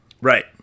Right